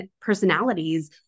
personalities